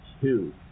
two